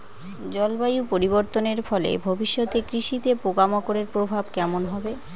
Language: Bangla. জলবায়ু পরিবর্তনের ফলে ভবিষ্যতে কৃষিতে পোকামাকড়ের প্রভাব কেমন হবে?